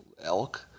elk